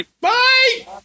Bye